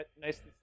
nice